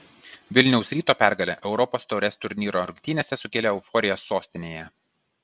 vilniaus ryto pergalė europos taurės turnyro rungtynėse sukėlė euforiją sostinėje